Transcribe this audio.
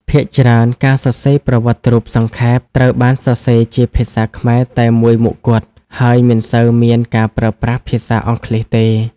ភាគច្រើន ការសរសេរប្រវត្តិរូបសង្ខេប ត្រូវបានសរសេរជាភាសាខ្មែរតែមួយមុខគត់ ហើយមិនសូវមានការប្រើប្រាស់ភាសាអង់គ្លេសទេ។